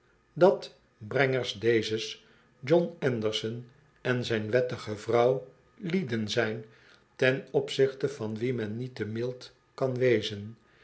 dat brengers dezes john anderson en zijn wettige vrouw lieden zijn ten opzichte van wie men niet te mild kan wezen